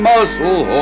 Muscle